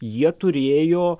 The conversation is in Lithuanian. jie turėjo